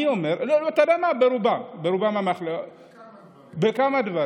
לא בשום דבר, בכמה דברים.